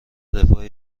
رفاه